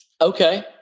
okay